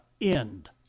end